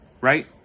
right